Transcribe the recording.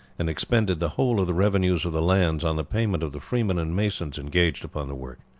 and expended the whole of the revenues of the lands on the payment of the freemen and masons engaged upon the work.